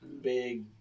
Big